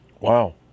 Wow